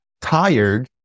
tired